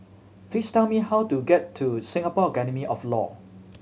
please tell me how to get to Singapore Academy of Law